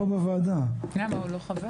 פה בוועדה, אני כבר לא חבר.